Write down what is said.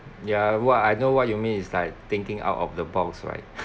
ya what I know what you mean it's like thinking out of the box right